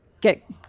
Get